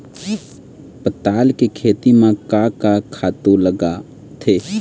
पताल के खेती म का का खातू लागथे?